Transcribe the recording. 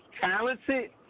talented